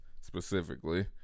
specifically